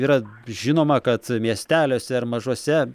yra žinoma kad miesteliuose ar mažuose